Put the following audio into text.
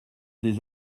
des